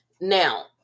Now